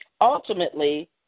Ultimately